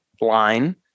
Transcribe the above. line